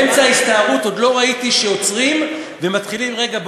באמצע ההסתערות עוד לא ראיתי שעוצרים ומתחילים: רגע,